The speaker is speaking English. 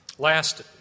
Last